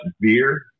beer